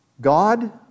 God